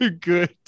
good